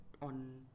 On